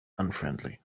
unfriendly